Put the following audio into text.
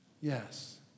Yes